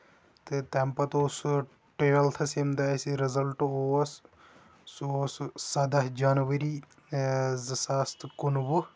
تہٕ تَمہِ پَتہٕ اوس سُہ ٹُویٚلتھس ییٚمہِ دۄہ اَسہِ یہِ رِزلٹ اوس سُہ اوس سَداہ جنؤری اۭں زٕ ساس تہٕ کُنہٕ وُہ